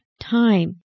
time